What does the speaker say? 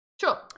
Sure